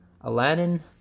Aladdin